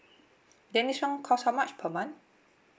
then this one cost how much per month